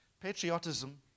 patriotism